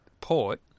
port